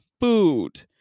food